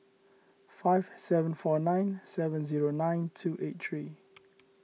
five seven four nine seven zero nine two eight three